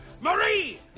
Marie